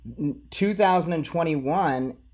2021